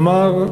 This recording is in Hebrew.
שאמר,